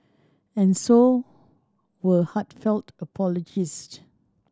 and so were heartfelt apologies